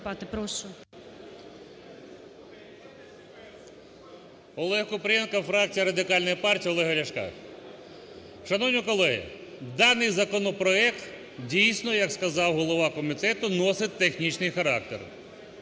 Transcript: ОлегКупрієнко, фракція Радикальної партії Олега Ляшка. Шановні колеги, даний законопроект, дійсно, як сказав голова комітету, носить технічний характер.